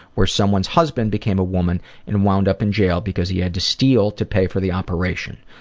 where someone's husband became a woman and wound up in jail because he had to steal to pay for the operation.